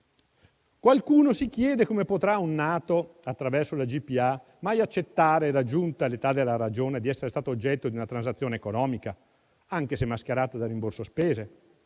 Qualcuno si chiede come potrà un nato attraverso la GPA mai accettare, raggiunta l'età della ragione, di essere stato oggetto di una transazione economica, anche se mascherata da rimborso spese?